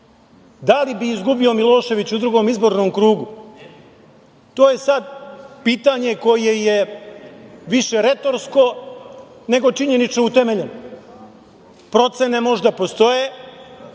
Da li bi izgubio Milošević u drugom izbornom krugu, to je sad pitanje koje je više retorsko nego činjenično utemeljeno. Procene možda postoje,